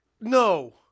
No